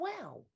Wow